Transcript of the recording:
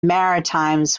maritimes